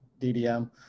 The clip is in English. DDM